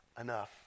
enough